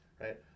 right